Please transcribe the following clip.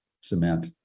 cement